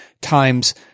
times